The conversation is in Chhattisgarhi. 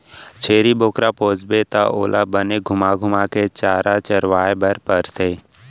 छेरी बोकरा पोसबे त ओला बने घुमा घुमा के चारा चरवाए बर परथे